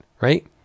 right